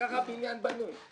ככה הבניין בנוי.